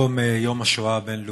היום יום השואה הבין-לאומי,